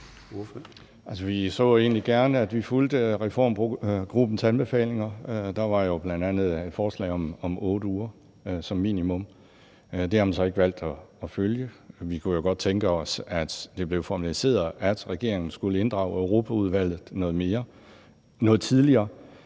gerne, at vi fulgte reformgruppens anbefalinger. Der var jo bl.a. et forslag om 8 uger som minimum. Det har man så ikke valgt at følge. Vi kunne jo godt tænke os, at det blev formaliseret, at regeringen skulle inddrage Europaudvalget noget mere noget tidligere,